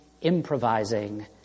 improvising